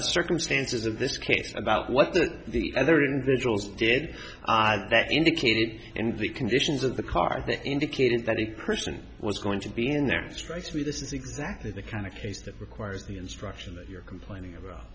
the circumstances of this case about what the other individuals did that indicated in the conditions of the car that indicated that it person was going to be in there strikes me this is exactly the kind of case that requires the instruction you're complaining about